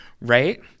right